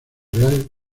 real